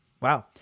Wow